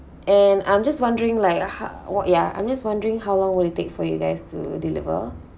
and I'm just wondering like how ya I'm just wondering how long will it take for you guys to deliver